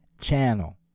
channel